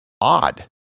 odd